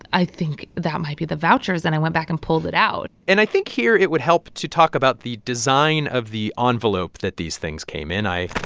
i think that might be the vouchers. and i went back and pulled it out and i think here, it would help to talk about the design of the ah envelope that these things came in. i.